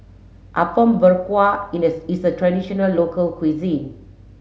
Apom Berkuah is a traditional local cuisine